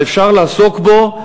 אפשר לעסוק בו,